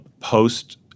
post